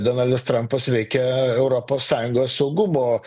donaldas trampas veikia europos sąjungos saugumo